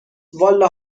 والا